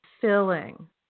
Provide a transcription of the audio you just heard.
filling